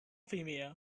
vimeo